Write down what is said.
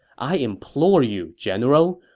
i implore you, general,